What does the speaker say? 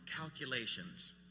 calculations